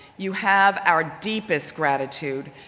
you have our deepest gratitude.